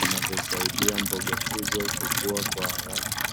vinavyosaidia mboga hizo kukua kwa haraka.